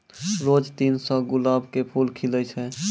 रोज तीन सौ गुलाब के फूल खिलै छै